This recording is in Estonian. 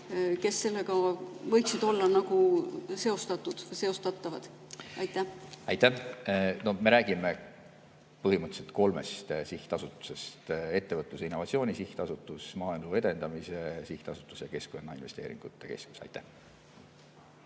kes sellega võiksid olla nagu seostatud või seostatavad? Aitäh! No me räägime põhimõtteliselt kolmest sihtasutusest: Ettevõtluse ja Innovatsiooni Sihtasutus, Maaelu Edendamise Sihtasutus ja Keskkonnainvesteeringute Keskus. Aitäh!